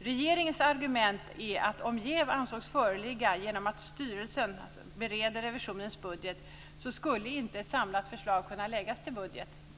Regeringens argument är att om jäv anses föreligga genom att styrelsen bereder revisionens budget skulle inte ett samlat förslag kunna läggas till budgeten.